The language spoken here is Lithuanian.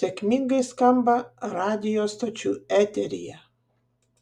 sėkmingai skamba radijo stočių eteryje